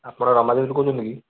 ଆପଣ ରମାଦେବୀରୁ କହୁଛନ୍ତି କି